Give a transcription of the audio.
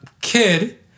kid